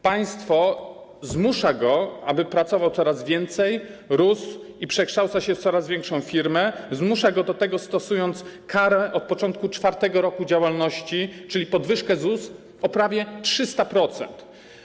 Państwo zmusza go, aby pracował coraz więcej, rósł i przekształcał się w coraz większą firmę, zmusza go do tego, stosując karę od początku czwartego roku działalności, czyli podwyżkę ZUS o prawie 300%.